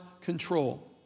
control